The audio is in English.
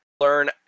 learn